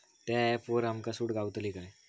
त्या ऍपवर आमका सूट गावतली काय?